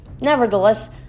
Nevertheless